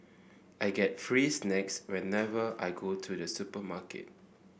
I get free snacks whenever I go to the supermarket